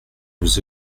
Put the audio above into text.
nous